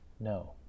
no